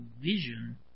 vision